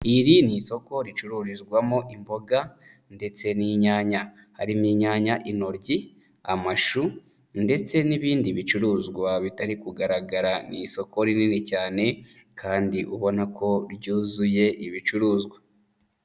Iri ni isoko ricururizwamo imboga ndetse n'inyanya. Harimo: inyanya, intoryi, amashu ndetse n'ibindi bicuruzwa bitari kugaragara, ni isoko rinini cyane kandi ubona ko ryuzuye ibicuruzwa.